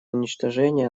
уничтожения